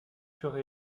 furent